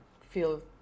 feel